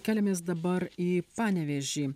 keliamės dabar į panevėžį